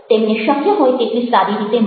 તેમને શક્ય હોય તેટલી સાદી રીતે મૂકો